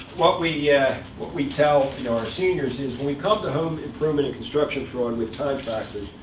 what we yeah what we tell you know our seniors is, when we come to home improvement and construction fraud with contractors,